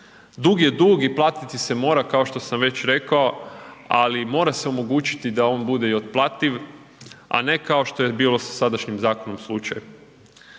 Dug je dug i platiti se mora, kao što sam već rekao ali mora se omogućiti da on bude i otplativ a ne kao što je bilo sa sadašnjim zakonom slučaj.